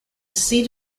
seat